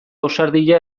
ausardia